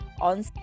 on